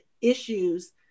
issues